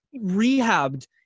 rehabbed